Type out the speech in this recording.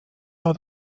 war